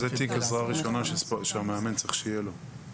מה שיש לך פה זה תיק עזרה ראשונה שהמאמן צריך שיהיה לו.